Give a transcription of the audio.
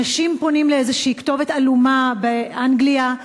אנשים פונים לאיזו כתובת עלומה באנגליה.